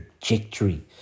trajectory